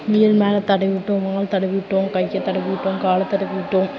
முயல் மேலே தடவி விட்டோம் வால் தடவி விட்டோம் கையை தடவி விட்டோம் காலை தடவி விட்டோம்